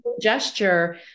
gesture